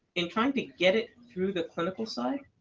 in trying to get it through the clinical side.